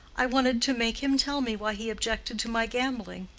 i wanted to make him tell me why he objected to my gambling,